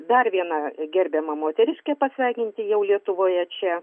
dar viena gerbiama moteriškė pasveikinti jau lietuvoje čia